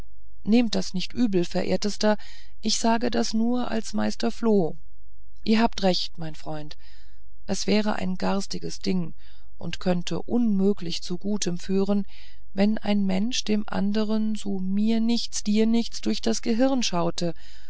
nehmt das nicht übel verehrtester ich sage das nur als meister floh ihr habt recht mein freund es wäre ein garstiges ding und könnte unmöglich zu gutem führen wenn ein mensch dem andern so mir nichts dir nichts durch das gehirn schaute